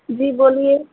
जी बोलिए